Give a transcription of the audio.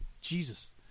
Jesus